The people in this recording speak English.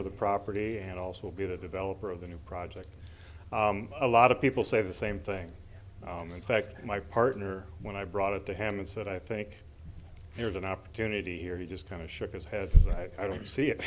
of the property and also be the developer of the new project a lot of people say the same thing in fact my partner when i brought it to him and said i think there's an opportunity here he just kind of shook his head i don't see it